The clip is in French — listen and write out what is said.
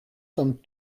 sommes